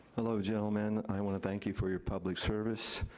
hello, gentlemen. i wanna thank you for your public service.